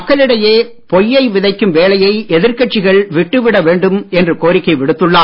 மக்களிடையே பொய்யை விதைக்கும் வேலையை எதிர்கட்சிகள் விட்டு விட வேண்டும் என்று கோரிக்கை விடுத்துள்ளார்